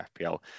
FPL